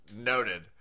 noted